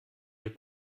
der